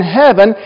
heaven